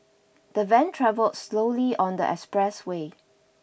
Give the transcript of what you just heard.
the van travel slowly on the expressway